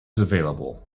available